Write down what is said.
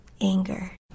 anger